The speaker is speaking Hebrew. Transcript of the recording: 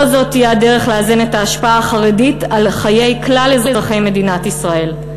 לא זאת תהיה הדרך לאזן את ההשפעה החרדית על חיי כלל אזרחי מדינת ישראל.